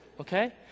okay